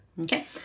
Okay